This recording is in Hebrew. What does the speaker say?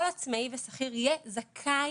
כל עצמאי ושכיר יהיה זכאי